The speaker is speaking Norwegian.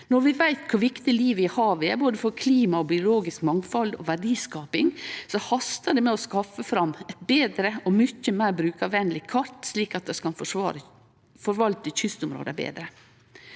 Når vi veit kor viktig livet i havet er for både klima, biologisk mangfald og verdiskaping, hastar det med å skaffe fram eit betre og mykje meir brukarvenleg kart, slik at ein kan forvalte kystområda betre.